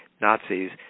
Nazis